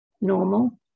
normal